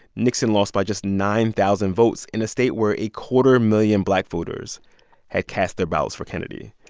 nixon lost by just nine thousand votes in a state where a quarter million black voters had cast their ballots for kennedy.